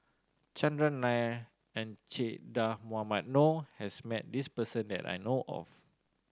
Chandran Nair and Che Dah Mohamed Noor has met this person that I know of